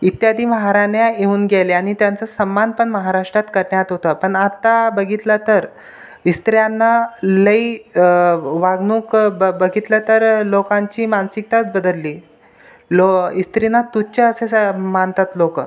इत्यादी महाराण्या येऊन गेल्या नि त्यांच्या सन्मान पण महाराष्ट्रात करण्यात होता पण आत्ता बघितलं तर स्त्रियांना लई वागणूक ब बघितलं तर लोकांची मानसिकताच बदलली लो स्त्रींना तुच्छ असे स मानतात लोक